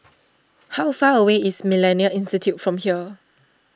how far away is Millennia Institute from here